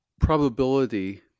probability